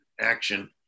action